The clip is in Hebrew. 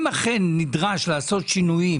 אם אכן נדרש לעשות שינויים